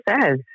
says